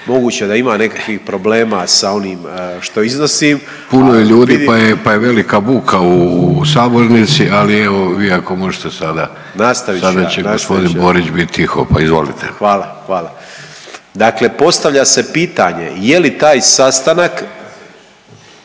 moguće da ima nekakvih problema sa onim što iznosim. .../Upadica: Puno je ljudi pa je velika buka u sabornici, ali evo, vi ako možete sada./... Nastavit ću ja, nastavit ću. .../Upadica: Sada će g. Borić bit tiho pa izvolite./... Hvala. Hvala. Dakle postavlja se pitanje je li taj sastanak